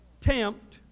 tempt